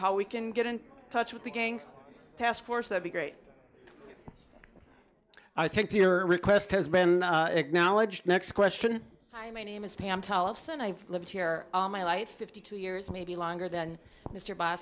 how we can get in touch with the gang task force that be great i think your request has been acknowledged next question hi my name is pam tollefson i've lived here all my life fifty two years maybe longer than mr b